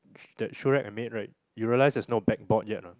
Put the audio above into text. that shoerack I mean right you realize there is no backboard yet ah